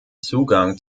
zugang